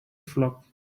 flock